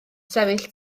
sefyll